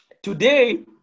Today